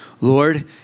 Lord